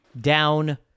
Down